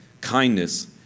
kindness